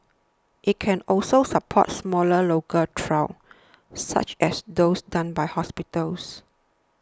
it can also support smaller local trials such as those done by hospitals